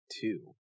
two